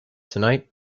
tonight